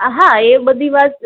હા એ બધી વાત